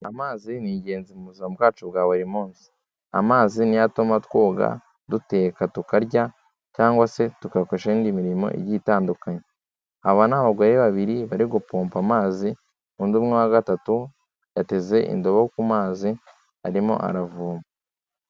Amazi ni ingenzi mu buzima bwacu bwa buri munsi, amazi niyo atuma twoga, duteka tukarya cyangwa se tukayakoresha n'indi mirimo igiye itandukanye, aba ni abagore babiri bari gupompa amazi, undi umwe wa gatatu yateze indobo ku mazi arimo aravoma.